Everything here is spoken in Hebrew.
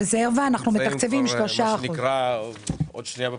רזרבה אנחנו מתקצבים 3%. אנחנו נמצאים כבר עוד שנייה בחירות.